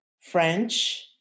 French